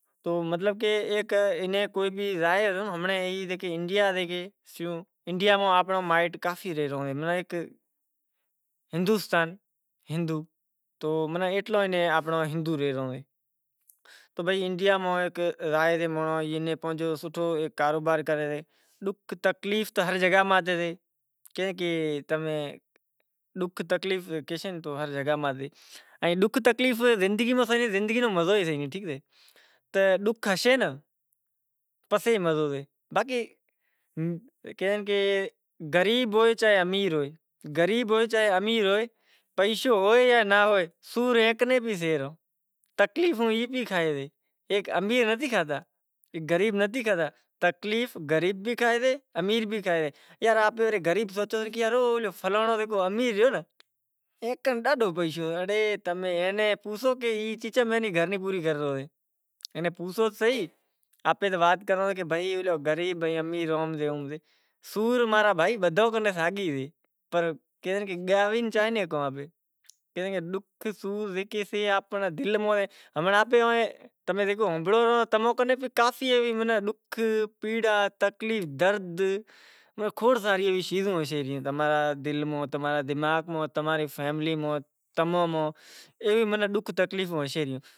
تو مطلب کہ ایک کو جائے تو امڑے انڈیا میں آنپڑا مائٹ کافی ہوئیں۔ مطلب ہندوستاں ہندو مطلب انڈیا میں مانڑو جائے سے سوٹھو کاروبار کرے سے۔ ڈوکھ تکلیف تو ہر جگا ماہ سےڈوکھ تکلیف زندگی نو مزو سے ماناں ڈوکھ ہوسے ناں تو باقی مزو سے کیم کہ غریب ہوئے جاں امیر ہوئے پیشو ہوئے جاں ناں ہوئے تکلیف ای بھی کھائے تکلیف امیر نتھی کھاتا تکلیف غریب نتھی کھاتا تکلیف غریب بھی کھائے سے امیر بھی کھائے سے۔ یار آپیں سوچاں کہ فلامنڑو زکو امیر ریو ای کن ڈاڈھو پیشو سے اڑے تمیں ای ناں پوسو ای گھر ری چم پوری کرتو ہوشے۔ اینے پوسو تو صحیح آپیں تو وات کراں تا سور تو ماں را بھائی بدہاں کن ساگی سے۔ تمیں ایوا کافی ڈوکھ درد پیڑا کھوڑ ساری ہوسیں ری۔